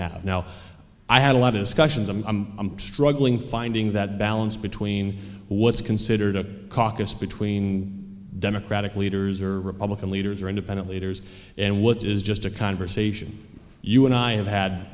have now i had a lot of questions i'm struggling finding that balance between what's considered a caucus between democratic leaders or republican leaders or independent leaders and what is just a conversation you and i have had